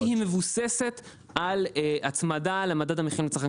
זה שהיא מבוססת על הצמדה למדד המחירים לצרכן.